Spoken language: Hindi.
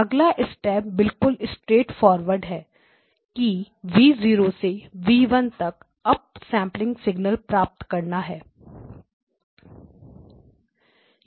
अगला स्टेप बिल्कुल स्ट्रेटफारवर्ड है कि V 0 से V 1 तक अप सैंपल सिग्नल प्राप्त करना हैं